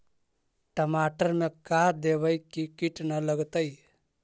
टमाटर में का देबै कि किट न लगतै?